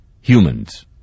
humans